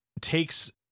takes